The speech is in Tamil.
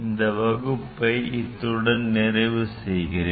இந்த வகுப்பை இத்துடன் நிறைவு செய்வோம்